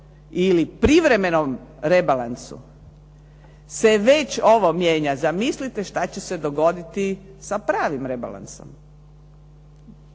ili privremenom rebalansu se već ovo mijenja zamislite šta će se dogoditi sa pravim rebalansom.